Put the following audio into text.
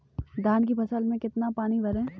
धान की फसल में कितना पानी भरें?